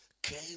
came